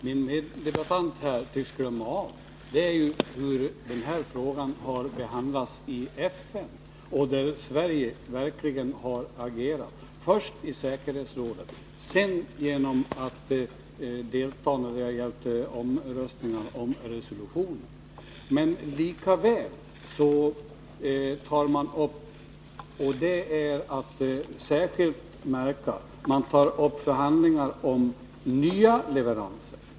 Herr talman! Min meddebattör tycks glömma hur den här frågan har behandlats i FN. Där har Sverige verkligen agerat, först i säkerhetsrådet och sedan genom att delta i omröstningen om resolutionen. Likväl — det är särskilt att märka — tar man upp förhandlingar om nya vapenleveranser.